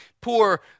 poor